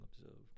observed